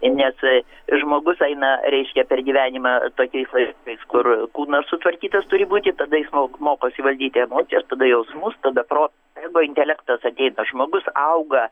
nes žmogus eina reiškia per gyvenimą tokiais vaistais kur kūnas sutvarkytas turi būti tada jis mok mokosi valdyti emocijas tada jausmus tada protas arba intelektas ateina žmogus auga